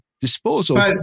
disposal